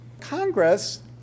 Congress